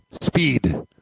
Speed